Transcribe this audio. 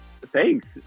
thanks